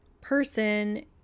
person